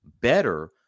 better